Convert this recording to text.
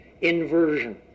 inversion